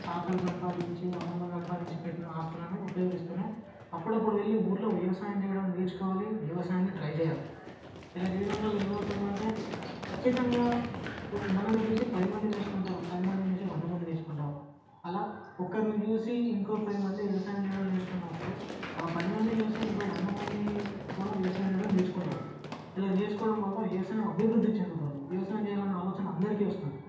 తాతలు సంపాదించి అమ్మమ్మలు సంపాదించి పెట్టిన ఆస్తులని ఉపయోగిస్తూ అప్పుడప్పుడు వెళ్ళి ఊళ్ళో వ్యవసాయం చేయడం నేర్చుకోవాలి వ్యవసాయాన్ని ట్రై చేయాలి ఇలా చేయడం వల్ల ఏమవుతుంది అంటే ఖచ్చితంగా మనల్ని చూసి పది మంది నేర్చుకుంటారు పదిమందిని చూసి వంద మంది నేర్చుకుంటారు అలా ఒక్కరిని చూసి ఇంకో పదిమంది వ్యవసాయం చేయడం నేర్చుకున్నప్పుడు ఆ పదిమందిని చూసి ఇంకో వంద మంది కూడా వ్యవసాయం చేయడం నేర్చుకుంటారు ఇలా నేర్చుకోవడం వల్ల వ్యవసాయం అభివృద్ధి చెందుతుంది వ్యవసాయం చేయాలన్న ఆలోచన అందరికి వస్తుంది